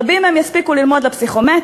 רבים מהם יספיקו ללמוד לפסיכומטרי,